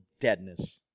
deadness